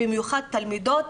ובמיוחד תלמידות,